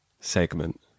segment